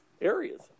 areas